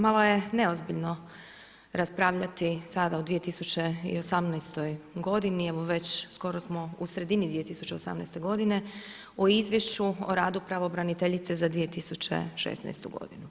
Malo je neozbiljno raspravljati sada u 2018. godini, evo već skoro smo u sredini 2018. godine o izvješću o radu pravobraniteljice za 2016. godinu.